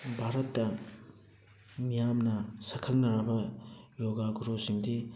ꯚꯥꯔꯠꯇ ꯃꯤꯌꯥꯝꯅ ꯁꯛꯈꯪꯅꯔꯕ ꯌꯣꯒꯥ ꯒꯨꯔꯨꯁꯤꯡꯗꯤ